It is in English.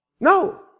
No